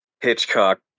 Hitchcock